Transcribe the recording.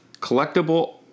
collectible